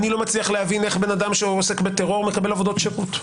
אני לא מצליח להבין איך בן אדם שעוסק בטרור מקבל עבודות שירות?